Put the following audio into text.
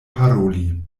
paroli